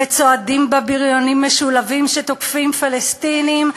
וצועדים בה בריונים משולהבים שתוקפים פלסטינים,